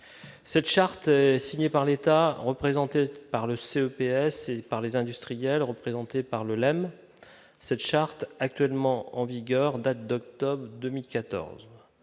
cette charte est signée par l'État, représenté par le CE, PS et par les industriels, représentés par le cette charte actuellement en vigueur datent d'octobre 2014